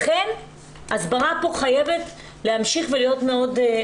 לכן ההסברה פה חייבת להמשיך ולהיות מאוד עקבית.